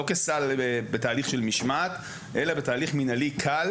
לא כסל בתהליך של משמעת אלא בתהליך מנהלי קל